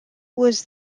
was